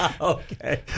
Okay